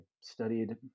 studied